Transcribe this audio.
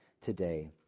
today